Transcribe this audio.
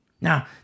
Now